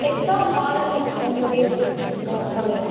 extra model உங்களுக்கு discount சொல்லுங்கள்